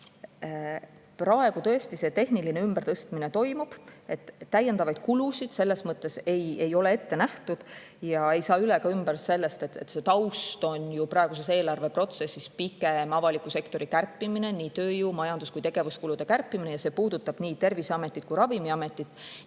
praegu tõesti tehniline ümbertõstmine toimub, aga täiendavaid kulusid selles mõttes ei ole ette nähtud. Ja ei saa üle ega ümber sellest, et taust on ju praeguses eelarveprotsessis pigem avaliku sektori kärpimine, nii tööjõu-, majandus- kui ka tegevuskulude kärpimine, ja see puudutab nii Terviseametit kui ka Ravimiametit.